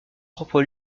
propres